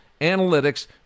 analytics